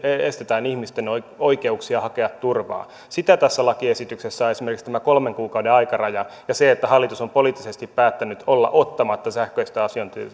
estetään ihmisten oikeuksia hakea turvaa sitä tässä lakiesityksessä on esimerkiksi tämä kolmen kuukauden aikaraja ja se että hallitus on poliittisesti päättänyt olla ottamatta sähköistä